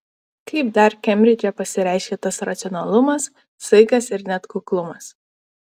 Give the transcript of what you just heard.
kaip dar kembridže pasireiškia tas racionalumas saikas ir net kuklumas